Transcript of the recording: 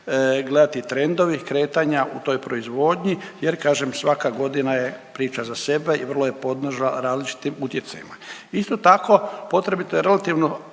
gledati trendovi, kretanja u toj proizvodnji jer kažem svaka godina je priča za sebe i vrlo je podložna različitim utjecajima. Isto tako potrebito je relativno